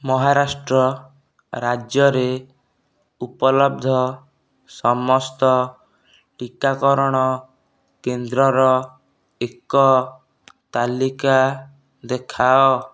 ମହାରାଷ୍ଟ୍ର ରାଜ୍ୟରେ ଉପଲବ୍ଧ ସମସ୍ତ ଟିକାକରଣ କେନ୍ଦ୍ରର ଏକ ତାଲିକା ଦେଖାଅ